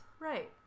Right